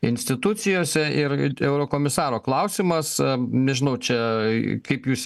institucijose ir eurokomisaro klausimas nežinau čia kaip jūs